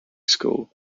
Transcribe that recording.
school